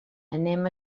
anem